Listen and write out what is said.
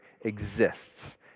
exists